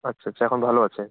আচ্ছা আচ্ছা এখন ভালো আছে